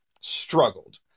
struggled